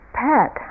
pet